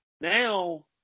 Now